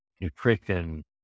nutrition